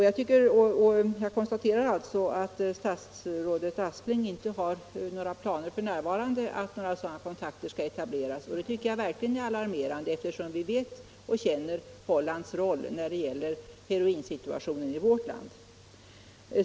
Jag konstaterar också att statsrådet Aspling f. n. inte har några planer på att etablera sådana kontakter, och det tycker jag verkligen är alarmerande, eftersom vi känner till Hollands roll när det gäller heroinsituationen i vårt land.